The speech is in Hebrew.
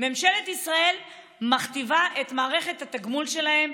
ממשלת ישראל מכתיבה את מערכת התגמול שלהם,